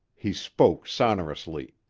he spoke sonorously.